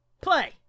play